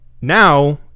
now